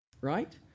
Right